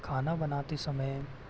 खाना बनाते समय